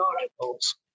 articles